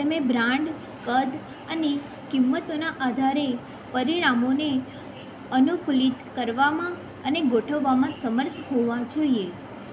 તમે બ્રાન્ડ કદ અને કિંમતોના આધારે પરિણામોને અનુકૂલિત કરવામાં અને ગોઠવવામાં સમર્થ હોવા જોઈએ